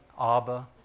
Abba